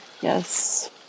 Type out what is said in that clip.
Yes